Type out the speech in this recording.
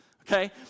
Okay